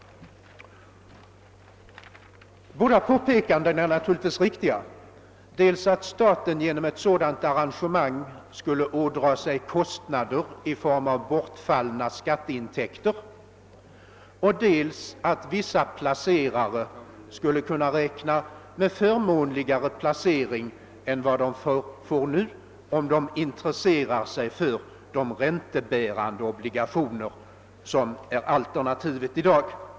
Båda påpekandena är naturligtvis riktiga. Dels skulle staten genom ett sådant arrangemang ådra sig kostnader i form av bortfallna skatteintäkter, dels skulle vissa placerare kunna räkna med förmånligare placering än de får nu om de intresserar sig för de räntebärande obligationer som är alternativet i dag.